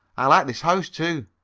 i like this house, too.